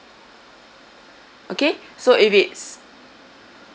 okay so if it's